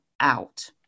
out